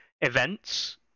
events